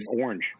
orange